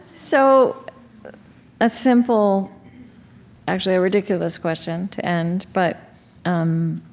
so a simple actually, a ridiculous question to end. but um